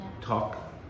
talk